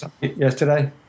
yesterday